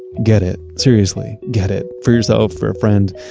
get it. seriously, get it, for yourself, for a friend,